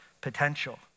potential